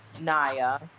Naya